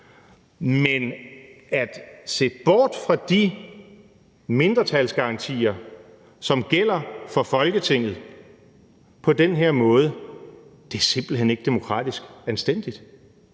måde at se bort fra de mindretalsgarantier, som gælder for Folketinget, er simpelt hen ikke demokratisk anstændigt.